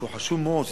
שהוא חשוב מאוד,